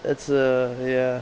that's a ya